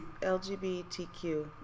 LGBTQ